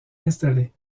installées